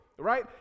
right